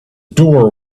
door